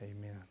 Amen